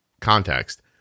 context